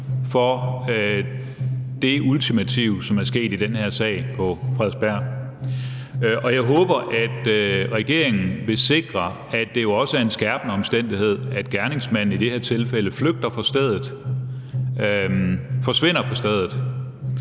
for det ultimative, som det er sket i den her sag på Frederiksberg. Og jeg håber, at regeringen vil sikre, at det jo også er en skærpende omstændighed, at gerningsmanden – som i det her tilfælde flygter fra stedet – forsvinder fra stedet.